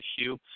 issue